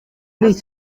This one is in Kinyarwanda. iki